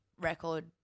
record